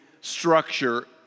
structure